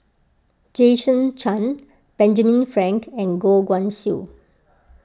Jason Chan Benjamin Frank and Goh Guan Siew